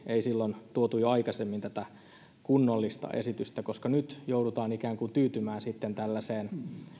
ei silloin tuonut jo aikaisemmin tätä kunnollista esitystä koska nyt joudutaan ikään kuin tyytymään tällaiseen